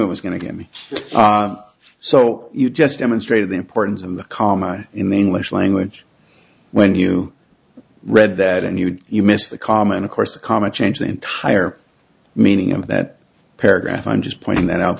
it was going to get me so you just demonstrated the importance of the comma in the english language when you read that and you would you missed the comment of course comma change the entire meaning of that paragraph i'm just pointing that out